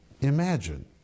Imagine